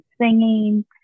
singing